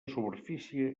superfície